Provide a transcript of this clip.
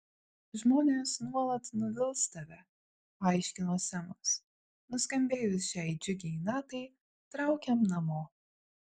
žmonės nuolat nuvils tave paaiškino semas nuskambėjus šiai džiugiai natai traukiam namo